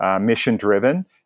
Mission-driven